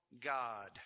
God